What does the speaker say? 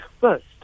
first